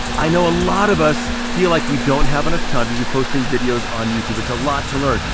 i know a lot of us feel like we don't have enough time to be posting videos on youtube, it's a lot to learn.